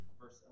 Verse